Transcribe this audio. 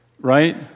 right